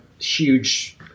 huge